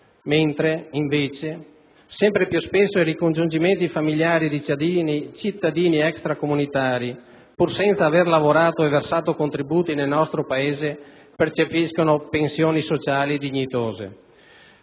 Invece, sempre più spesso grazie ai ricongiungimenti familiari cittadini extra comunitari, pur senza aver lavorato e versato contributi nel nostro Paese, percepiscono pensioni sociali dignitose.